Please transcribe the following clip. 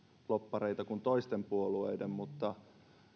lobbareita kuin toisten puolueiden mutta